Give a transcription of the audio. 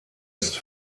ist